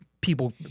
people